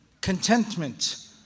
contentment